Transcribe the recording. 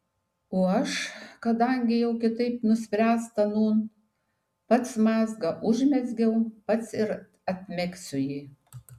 o aš kadangi jau kitaip nuspręsta nūn pats mazgą užmezgiau pats ir atmegsiu jį